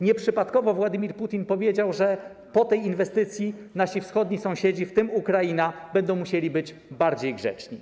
Nieprzypadkowo Władimir Putin powiedział, że po tej inwestycji nasi wschodni sąsiedzi, w tym Ukraina, będą musieli być bardziej grzeczni.